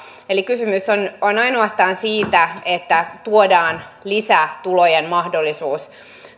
eli kysymys on ainoastaan siitä että tuodaan lisätulojen mahdollisuus